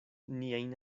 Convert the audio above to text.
niajn